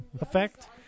effect